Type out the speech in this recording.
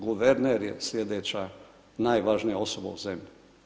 Guverner je sljedeća najvažnija osoba u zemlji.